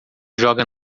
joga